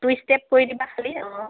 two step কৰি দিবা খালি অঁ